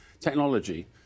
technology